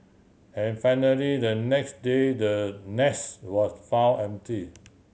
and finally the next day the nest was found empty